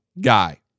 guy